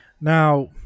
Now